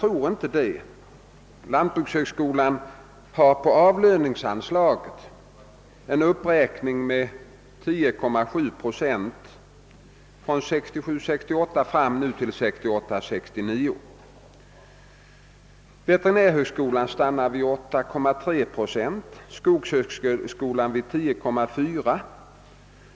Lantbrukshögskolan har emellertid på avlöningsanslaget en uppräkning med 10,7 procent från 1967 69. Veterinärhögskolans motsvarande siffra är 8,3 procent och skogshögskolans 10,4 procent.